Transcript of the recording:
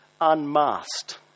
unmasked